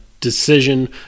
decision